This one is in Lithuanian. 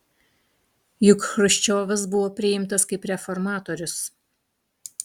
juk chruščiovas buvo priimtas kaip reformatorius